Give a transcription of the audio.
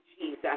Jesus